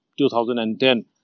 2010